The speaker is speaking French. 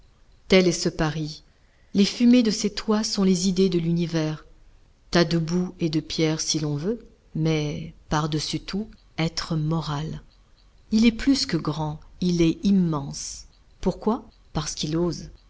tel est ce paris les fumées de ses toits sont les idées de l'univers tas de boue et de pierres si l'on veut mais par-dessus tout être moral il est plus que grand il est immense pourquoi parce qu'il ose